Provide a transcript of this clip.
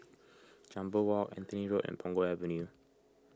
Jambol Walk Anthony Road and Punggol Avenue